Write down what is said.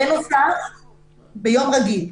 ביום רגיל,